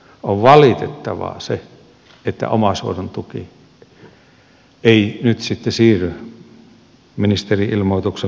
on valitettavaa se että omaishoidon tuki ei nyt sitten siirry ministerin ilmoituksen mukaan kelalle